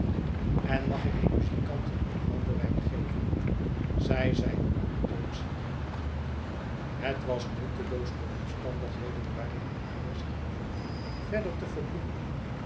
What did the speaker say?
en mag ik den muzikanten wat brandewijn geven zij zijn alien doodziek het was nutteloos de omstandigheden waarin ieder zich bevond verder te verbloemen